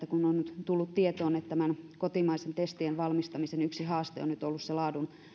kun on nyt tullut tietoon että kotimaisen testien valmistamisen yksi haaste on ollut se laadun